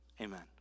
Amen